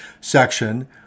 section